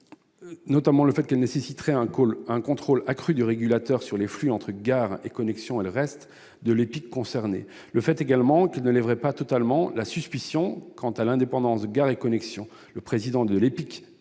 notamment le fait que sa mise en oeuvre « nécessiterait un contrôle accru du régulateur sur les flux entre Gares & Connexions et le reste de l'EPIC concerné » et qu'elle « ne lèverait pas totalement la suspicion quant à l'indépendance de Gares & Connexions, le président de l'EPIC